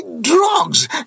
drugs